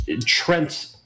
Trent